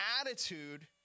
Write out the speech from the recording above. attitude